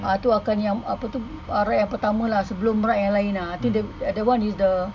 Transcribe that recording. ah tu akan yang apa tu ride yang pertama lah sebelum ride yang lain ah that [one] is the